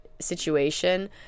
situation